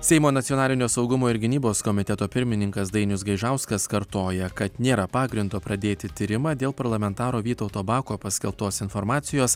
seimo nacionalinio saugumo ir gynybos komiteto pirmininkas dainius gaižauskas kartoja kad nėra pagrindo pradėti tyrimą dėl parlamentaro vytauto bako paskelbtos informacijos